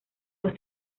los